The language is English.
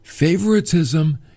Favoritism